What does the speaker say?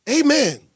Amen